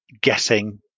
guessing